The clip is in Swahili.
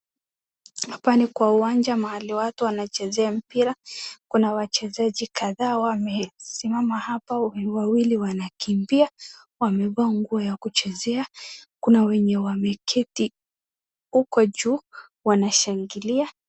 Hapa ni kwa uwanja mahali watu wanachezea mpira kuna wachezaji kadhaa wamesimama hapo wawili wanakimbia wamevaa nguo ya kuchezea kuna wenye wameketi huko juu wanashangilia.